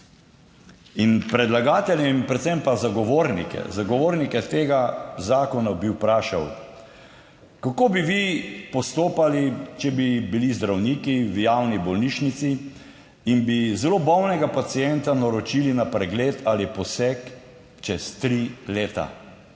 In predlagateljem, predvsem pa zagovornike, zagovornike tega zakona bi vprašal. Kako bi vi postopali, če bi bili zdravniki v javni bolnišnici in bi zelo bolnega pacienta naročili na pregled ali poseg čez tri leta?